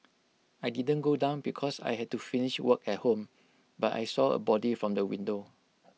I didn't go down because I had to finish work at home but I saw A body from the window